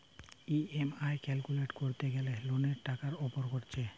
EMI calculate কোরতে গ্যালে লোনের টাকার উপর কোরছে